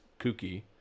kooky